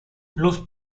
los